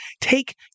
take